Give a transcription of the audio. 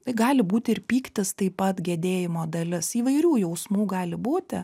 tai gali būti ir pyktis taip pat gedėjimo dalis įvairių jausmų gali būti